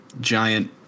giant